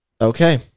Okay